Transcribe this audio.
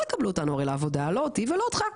לא יקבלו אותנו הרי לעבודה לא אותי ולא אותך.